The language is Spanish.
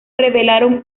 revelaron